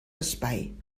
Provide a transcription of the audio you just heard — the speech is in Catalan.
espai